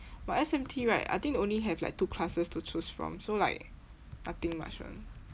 but S_M_T right I think only have like two classes to choose from so like nothing much [one]